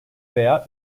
veya